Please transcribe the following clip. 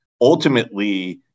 ultimately